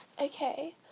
okay